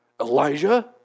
Elijah